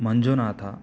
Manjunatha